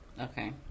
Okay